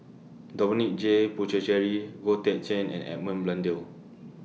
Dominic J Puthucheary Goh Teck Sian and Edmund Blundell